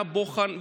מהבוחן,